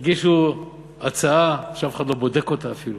הגישו הצעה, ואף אחד לא בודק אותה אפילו,